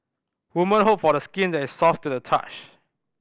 woman hope for skin that is soft to the touch